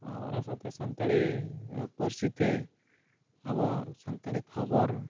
ᱟᱨ ᱚᱱᱟ ᱥᱟᱶᱛᱮ ᱥᱟᱱᱛᱟᱲᱤ ᱯᱟᱹᱨᱥᱤᱛᱮ ᱟᱵᱚ ᱥᱟᱱᱛᱟᱲᱤ ᱠᱷᱚᱵᱚᱨ